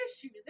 issues